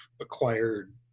acquired